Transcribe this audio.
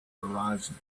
horizon